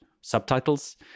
subtitles